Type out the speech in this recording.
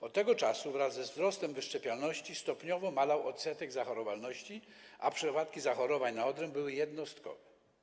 Od tego czasu wraz ze wzrostem wyszczepialności stopniowo malał odsetek zachorowalności, a przypadki zachorowań na odrę były jednostkowe.